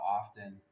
often